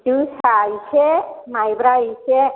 जोसा एसे माइब्रा एसे